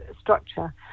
structure